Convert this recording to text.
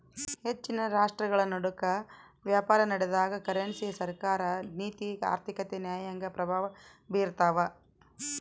ಹೆಚ್ಚಿನ ರಾಷ್ಟ್ರಗಳನಡುಕ ವ್ಯಾಪಾರನಡೆದಾಗ ಕರೆನ್ಸಿ ಸರ್ಕಾರ ನೀತಿ ಆರ್ಥಿಕತೆ ನ್ಯಾಯಾಂಗ ಪ್ರಭಾವ ಬೀರ್ತವ